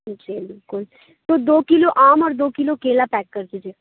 جی بالکل تو دو کلو آم اور دو کلو کیلا پیک کر دیجیے